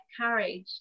courage